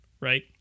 right